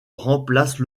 remplace